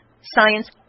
science